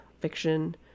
fiction